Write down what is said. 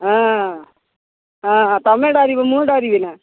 ହଁ ହଁ ତମେ ଡରିବ ମୁଁ ଡରିବି ନା